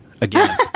again